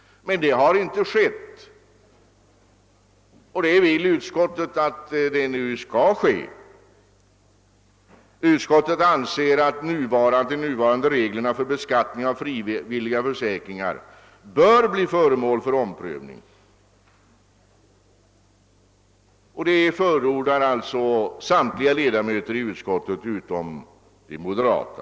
Men det har inte skett och utskottet vill nu att någonting skall göras. Utskottet anser att de nuvarande reglerna för beskattning av frivilliga försäkringar bör bli föremål för omprövning. Samtliga ledamöter av utskottet förordar alltså detta utom de moderata.